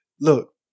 look